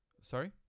Sorry